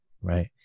Right